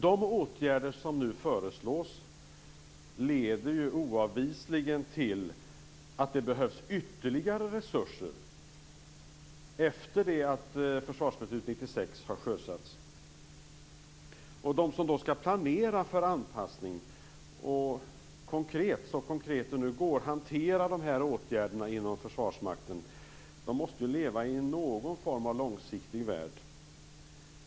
De åtgärder som nu föreslås leder oavvisligen till att det behövs ytterligare resurser efter det att Försvarsbeslut 96 har sjösatts. De som skall planera för anpassningen och konkret - så konkret det nu går - hantera de här åtgärderna inom Försvarsmakten måste ju leva i en värld som är någorlunda långsiktig.